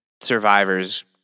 Survivor's